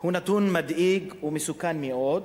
הוא נתון מדאיג, הוא מסוכן מאוד,